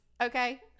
Okay